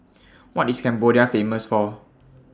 What IS Cambodia Famous For